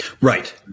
Right